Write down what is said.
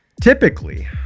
Typically